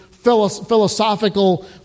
philosophical